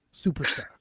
superstar